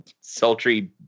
sultry